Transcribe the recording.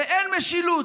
ואין משילות,